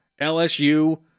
LSU